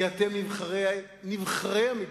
כי אתם נבחרי המדינה,